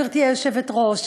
גברתי היושבת-ראש?